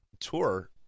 tour